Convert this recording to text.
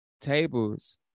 tables